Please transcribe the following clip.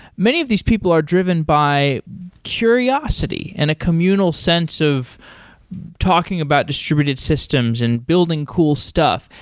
many of these people are driven by curiosity and a communal sense of talking about distributed systems and building cool stuff.